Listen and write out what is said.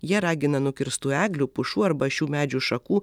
jie ragina nukirstų eglių pušų arba šių medžių šakų